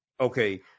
Okay